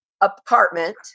apartment